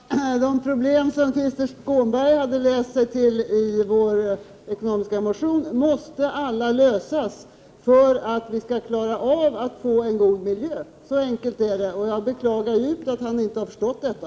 Herr talman! De problem som Krister Skånberg hade noterat fanns omnämnda i vår motion om den ekonomiska politiken måste alla lösas för att vi skall klara av att få en god miljö. Så enkelt är det, och jag beklagar djupt att han inte har förstått detta.